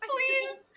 Please